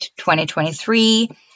2023